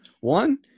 one